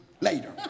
later